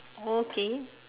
okay